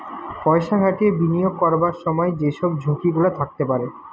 পয়সা খাটিয়ে বিনিয়োগ করবার সময় যে সব ঝুঁকি গুলা থাকতে পারে